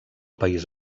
país